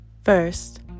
First